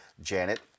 Janet